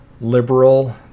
liberal